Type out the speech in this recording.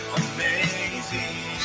amazing